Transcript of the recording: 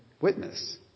witness